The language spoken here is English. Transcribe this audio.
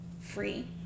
free